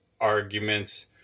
arguments